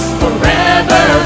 forever